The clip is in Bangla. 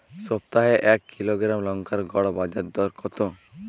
সপ্তাহে এক কিলোগ্রাম লঙ্কার গড় বাজার দর কতো?